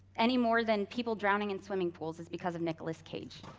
any more than people drowning in swimming pools is because of nicolas cage.